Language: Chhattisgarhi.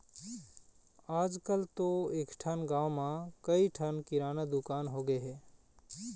आजकल तो एकठन गाँव म कइ ठन किराना दुकान होगे हे